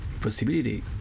possibility